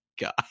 God